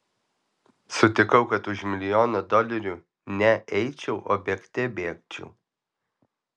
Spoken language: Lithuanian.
sutikau kad už milijoną dolerių ne eičiau o bėgte bėgčiau